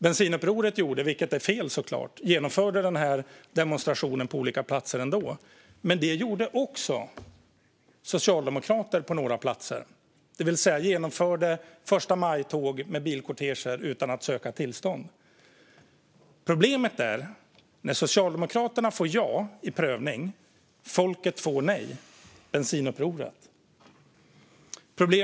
Bensinupproret genomförde demonstrationer på olika platser ändå, vilket såklart är fel. Men det gjorde också socialdemokrater på några platser. De genomförde förstamajtåg i bilkorteger utan att söka tillstånd. Problemet uppstår när Socialdemokraterna får ja vid prövning, medan folket - Bensinupproret - får nej.